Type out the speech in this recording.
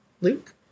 Luke